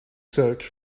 search